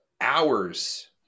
hours